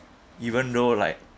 even though like